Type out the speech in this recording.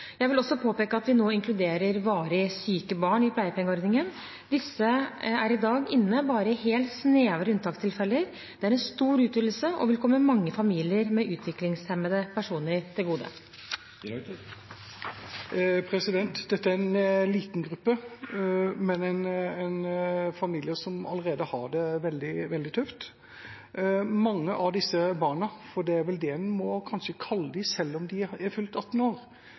Jeg vil også påpeke at vi nå inkluderer varig syke barn i pleiepengeordningen. Disse er i dag inne bare i snevre unntakstilfeller. Det er en stor utvidelse og vil komme mange familier med utviklingshemmede personer til gode. Dette er en liten gruppe, men det er familier som allerede har det veldig tøft. Mange av disse barna – for det er kanskje det en må kalle dem selv om de har fylt 18 år